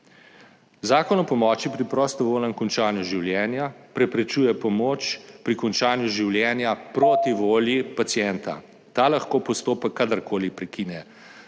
Zakon o pomoči pri prostovoljnem končanju življenja preprečuje pomoč pri končanju življenja proti volji pacienta, ta lahko postopek kadar koli prekine,